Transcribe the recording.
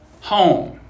home